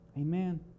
Amen